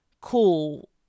cool